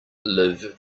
live